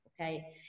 okay